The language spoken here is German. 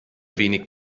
wenig